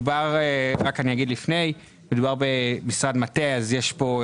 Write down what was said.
מדובר במשרד מטה אז יש פה,